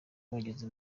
bageze